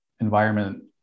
environment